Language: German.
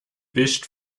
bist